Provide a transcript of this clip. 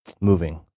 moving